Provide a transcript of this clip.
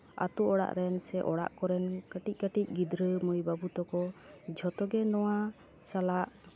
ᱟᱛᱳ ᱚᱲᱟᱜ ᱨᱮᱱ ᱥᱮ ᱚᱲᱟᱜ ᱠᱚᱨᱮᱱ ᱠᱟᱹᱴᱤᱡ ᱠᱟᱹᱴᱤᱡ ᱜᱤᱫᱽᱨᱟᱹ ᱢᱟᱹᱭ ᱵᱟᱹᱵᱩ ᱛᱟᱠᱚ ᱡᱷᱚᱛᱚ ᱜᱮ ᱱᱚᱣᱟ ᱥᱟᱞᱟᱜ